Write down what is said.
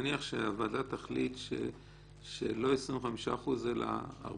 נניח שהוועדה תחליט שלא 25%, אלא 40%,